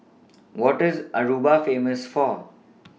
What IS Aruba Famous For